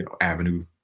avenue